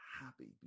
happy